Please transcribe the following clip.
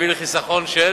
והביא לחיסכון של